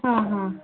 ಹಾಂ ಹಾಂ